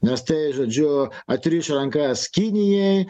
nes tai žodžiu atriš rankas kinijai